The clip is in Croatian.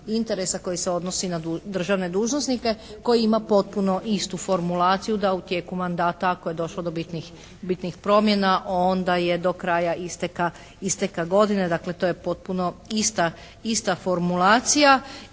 koji se odnosi na državne dužnosnike koji ima potpuno istu formulaciju da u tijeku mandata ako je došlo do bitnih promjena onda je do kraja isteka godine, dakle to je potpuno ista formulacija.